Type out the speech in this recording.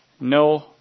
no